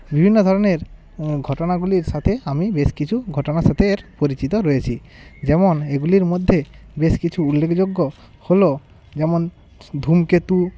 বিভিন্ন ধরনের ঘটনাগুলির সাথে আমি বেশ কিছু ঘটনার সাথে এর পরিচিত রয়েছি যেমন এগুলির মধ্যে বেশ কিছু উল্লেখযোগ্য হলো যেমন ধূমকেতু